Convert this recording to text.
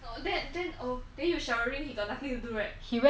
then you try lah next time it's not my son